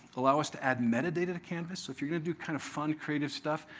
allow us to add metadata to canvas. if you're going to do kind of fun, creative stuff,